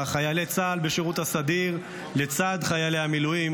חיילי צה"ל בשירות הסדיר לצד חיילי המילואים,